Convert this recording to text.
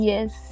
Yes